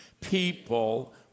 people